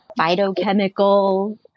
phytochemicals